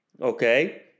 Okay